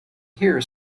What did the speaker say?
hear